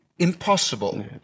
Impossible